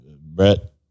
Brett